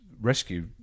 rescue